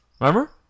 Remember